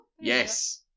Yes